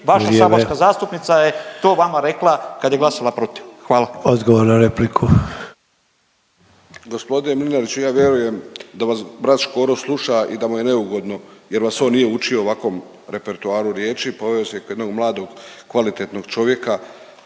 Vaša saborska zastupnica je to vama rekla kad je glasala protiv. Hvala. **Sanader, Ante (HDZ)** Odgovor na repliku. **Deur, Ante (HDZ)** Gospodine Mlinariću ja vjerujem da vas brat Škoro sluša i da mu je neugodno, jer vas on nije učio ovakvom repertuaru riječi. Poveo vas je kao jednog mladog kvalitetnog čovjeka,